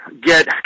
get